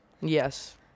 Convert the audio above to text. Yes